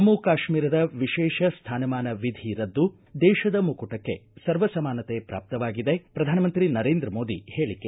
ಜಮ್ಮು ಕಾಶ್ಮೀರದ ವಿಶೇಷ ಸ್ಥಾನಮಾನ ವಿಧಿ ರದ್ದು ದೇತದ ಮುಕುಟಕ್ಕೆ ಸರ್ವಸಮಾನತೆ ಪ್ರಾಶ್ತವಾಗಿದೆ ಪ್ರಧಾನಮಂತ್ರಿ ನರೇಂದ್ರ ಮೋದಿ ಹೇಳಿಕೆ